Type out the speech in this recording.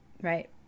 right